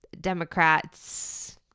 Democrats